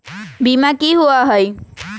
बीमा की होअ हई?